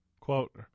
Quote